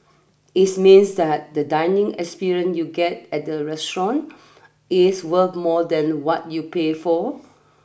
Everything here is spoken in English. is means that the dining experience you get at the restaurant is worth more than what you pay for